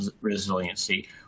resiliency